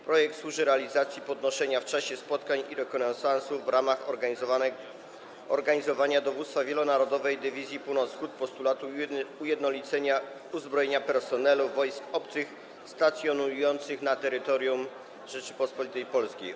Projekt służy realizacji podnoszonego w czasie spotkań i rekonesansów w ramach organizowania Dowództwa Wielonarodowej Dywizji Północ-Wschód postulatu ujednolicenia uzbrojenia personelu wojsk obcych stacjonujących na terytorium Rzeczypospolitej Polskiej.